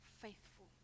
faithful